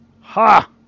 ha